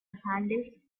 handles